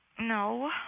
No